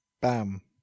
bam